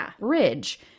ridge